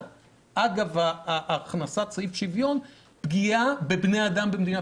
שאגב הכנסת סעיף שוויון שתהיה פה פגיעה בבני אדם במדינת